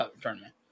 tournament